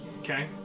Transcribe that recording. Okay